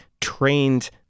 trained